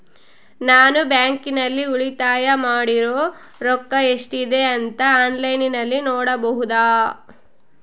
ನಾನು ಬ್ಯಾಂಕಿನಲ್ಲಿ ಉಳಿತಾಯ ಮಾಡಿರೋ ರೊಕ್ಕ ಎಷ್ಟಿದೆ ಅಂತಾ ಆನ್ಲೈನಿನಲ್ಲಿ ನೋಡಬಹುದಾ?